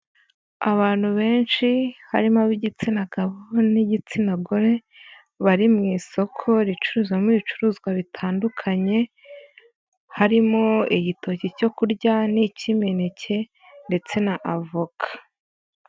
Abantu benshi harimo ab'igitsina gabo n'igitsina gore bari mu isoko ricuruzamo ibicuruzwa bitandukanye, harimo igitoki cyo kurya n'ik'imineke ndetse na avoka.